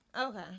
Okay